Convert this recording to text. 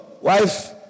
wife